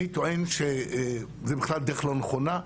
אני טוען שזה בכלל דרך לא נכונה.